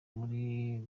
muri